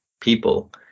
people